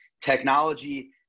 technology